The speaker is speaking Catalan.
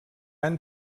han